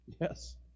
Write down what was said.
yes